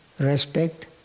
Respect